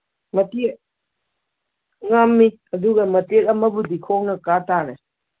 ꯉꯝꯃꯤ ꯑꯗꯨꯒ ꯃꯇꯦꯛ ꯑꯃꯕꯨꯗꯤ ꯈꯣꯡꯅ ꯀꯥ ꯇꯥꯔꯦ